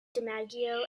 dimaggio